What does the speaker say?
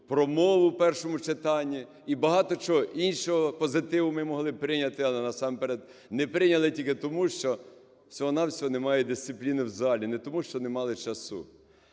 про мову в першому читанні, і багато чого іншого позитиву ми могли прийняти, але насамперед не прийняли тільки тому, що всього-на-всього немає дисципліни в залі, не тому, що не мали часу.